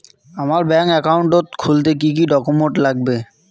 আমার bank account খুলতে কি কি ডকুমেন্ট লাগবে?